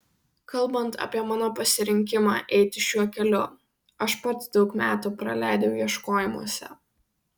kalbant apie mano pasirinkimą eiti šiuo keliu aš pats daug metų praleidau ieškojimuose